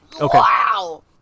Wow